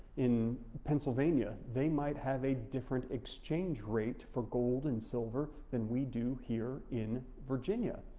in pennsylvania, they might have a different exchange rate for gold and silver than we do here in virginia,